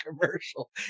commercial